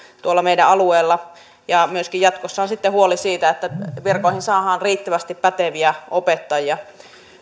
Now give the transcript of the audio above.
tuolla meidän alueella ja jatkossa on sitten huoli myöskin siitä että virkoihin saadaan riittävästi päteviä opettajia